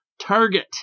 target